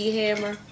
hammer